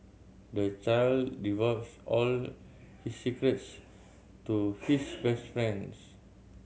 the child divulged all his secrets to his best friends